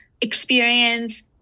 experience